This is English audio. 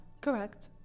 Correct